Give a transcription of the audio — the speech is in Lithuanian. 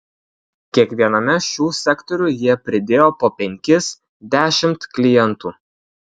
kiekviename šių sektorių jie pridėjo po penkis dešimt klientų